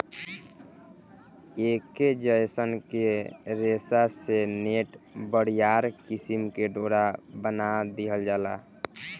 ऐके जयसन के रेशा से नेट, बरियार किसिम के डोरा बना दिहल जाला